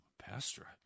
Pastor